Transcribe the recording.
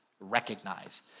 recognize